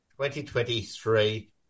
2023